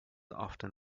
often